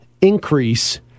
increase